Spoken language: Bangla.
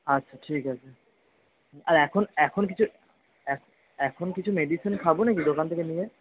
আচ্ছা ঠিক আছে আর এখন এখন কিছু এখ এখন কিছু মেডিসিন খাব নাকি দোকান থেকে নিয়ে